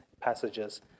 passages